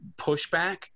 pushback